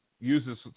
uses